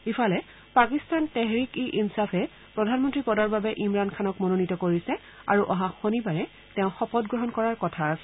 ইফালে পাকিস্তান তেহৰিক ই ইলাফে প্ৰধানমন্ত্ৰী পদৰ বাবে ইমৰাণ খানক মনোনীত কৰিছে আৰু অহা শনিবাৰে তেওঁ শপত গ্ৰহণ কৰাৰ কথা আছে